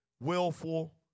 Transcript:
willful